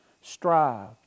Strive